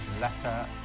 letter